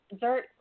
dirt